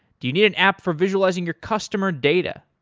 do you need an app for visualizing your customer data?